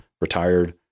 retired